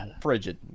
frigid